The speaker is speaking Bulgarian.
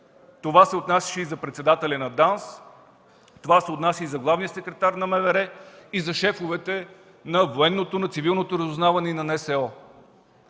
Това се отнасяше и за председателя на ДАНС, това се отнася и за главния секретар на МВР, и за шефовете на военното, на цивилното разузнаване и на НСО.